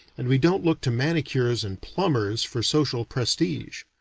and we don't look to manicures and plumbers for social prestige.